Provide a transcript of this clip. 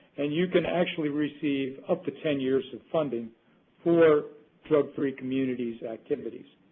and you can actually receive up to ten years of funding for drug free communities activities.